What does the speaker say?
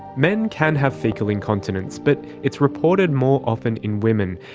men can have faecal incontinence, but it's reported more often in women,